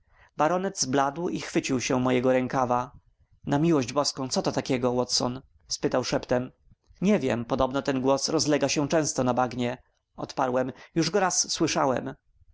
baronet zbladł i chwycił się mojego rękawa na miłość boską co to takiego watson spytał szeptem nie wiem podobno ten głos rozlega się często po bagnie odparłem już go raz słyszałem